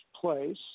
place